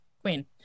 queen